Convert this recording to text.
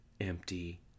empty